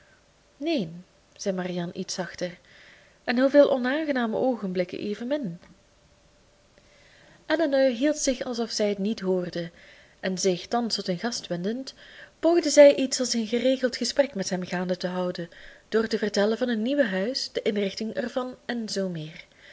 neen zei marianne iets zachter en hoeveel onaangename oogenblikken evenmin elinor hield zich alsof zij het niet hoorde en zich thans tot hun gast wendend poogde zij iets als een geregeld gesprek met hem gaande te houden door te vertellen van hun nieuwe huis de inrichting ervan en zoo meer